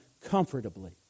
comfortably